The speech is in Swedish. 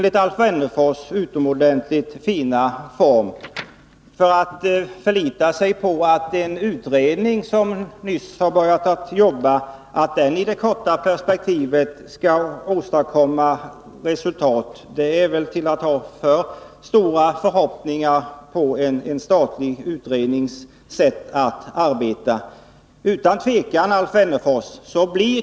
Om man i det korta perspektivet förlitar sig på att den utredning som nyss har börjat jobba skall åstadkomma resultat, har man nog väl stora förhoppningar på en statlig utrednings sätt att arbeta!